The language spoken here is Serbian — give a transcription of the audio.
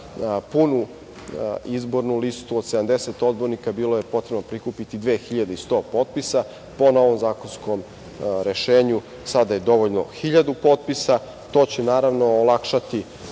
punu izbornu listu od 70 odbornika bilo je potrebno prikupiti 2.100 potpisa. Po novom zakonskom rešenju, sada je dovoljno 1.000 potpisa. To će, naravno, olakšati